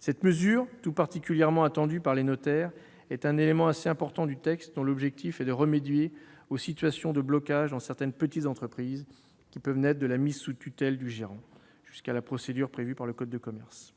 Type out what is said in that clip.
Cette mesure, tout particulièrement attendue par les notaires, est un élément assez important du texte, dont l'objectif est de remédier aux situations de blocage dans certaines petites entreprises qui peuvent naître de la mise sous tutelle du gérant. Jusqu'à présent, la procédure prévue dans le code de commerce